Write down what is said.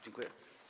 Dziękuję.